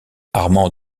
armand